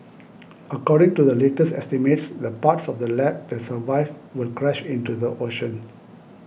according to the latest estimates the parts of the lab that survive will crash into the ocean